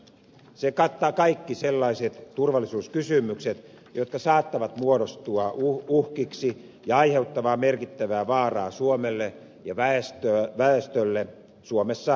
se kattaa kaikki sellaiset turvallisuuskysymykset jotka saattavat muodostua uhkiksi ja aiheuttaa merkittävää vaaraa suomelle ja väestölle suomessa tai maailmalla